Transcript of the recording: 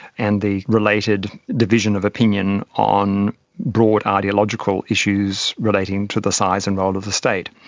and the related division of opinion on broad ideological issues relating to the size and role of the state.